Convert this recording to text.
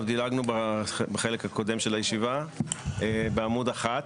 דילגנו בחלק הקודם של הישיבה בעמוד 1,